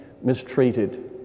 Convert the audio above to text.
mistreated